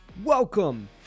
Welcome